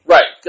Right